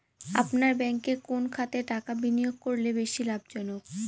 আপনার ব্যাংকে কোন খাতে টাকা বিনিয়োগ করলে বেশি লাভজনক?